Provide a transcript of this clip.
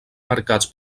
marcats